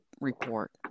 report